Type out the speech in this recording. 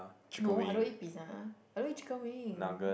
no I don't eat pizza I don't eat chicken wing